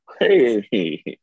Hey